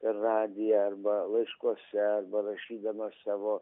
per radiją arba laiškuose arba rašydamas savo